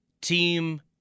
team